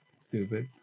stupid